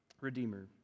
redeemer